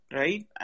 right